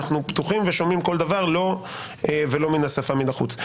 אנחנו פתוחים ושומעים כל דבר, ולא מן השפה ולחוץ.